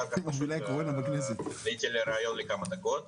רק שעלית לראיון לכמה דקות.